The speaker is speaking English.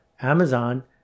Amazon